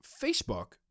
Facebook